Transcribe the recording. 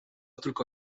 tylko